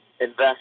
invest